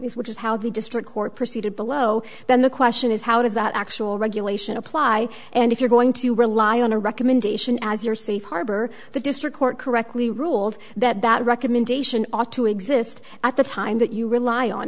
witness which is how the district court proceeded below then the question is how does that actually regulation apply and if you're going to rely on a recommendation as you're safe harbor the district court correctly ruled that that recommendation ought to exist at the time that you rely on